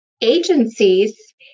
agencies